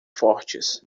fortes